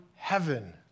heaven